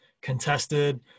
Contested